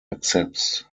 accepts